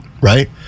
right